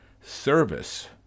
service